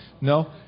No